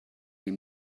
ihm